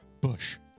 Bush